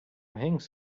hanks